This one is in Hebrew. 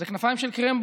שהם כנפיים של קרמבו